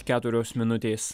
keturios minutės